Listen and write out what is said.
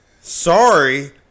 Sorry